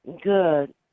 good